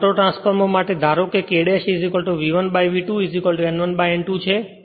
તો ઓટોટ્રાન્સફોર્મર માટે ધારો કે K V1 by V2 N1N2 છે